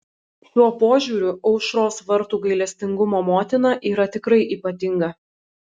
šiuo požiūriu aušros vartų gailestingumo motina yra tikrai ypatinga